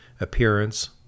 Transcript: appearance